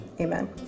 amen